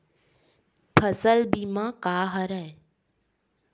फसल बीमा का हरय?